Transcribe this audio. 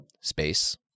space